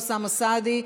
אוסאמה סעדי,